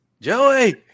Joey